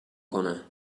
کنه